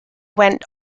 went